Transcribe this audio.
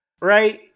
Right